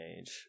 age